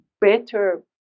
better